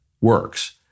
works